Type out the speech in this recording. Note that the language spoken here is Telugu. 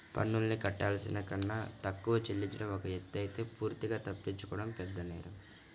పన్నుల్ని కట్టాల్సిన కన్నా తక్కువ చెల్లించడం ఒక ఎత్తయితే పూర్తిగా తప్పించుకోవడం పెద్దనేరం